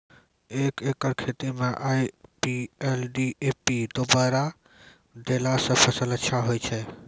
एक एकरऽ खेती मे आई.पी.एल डी.ए.पी दु बोरा देला से फ़सल अच्छा होय छै?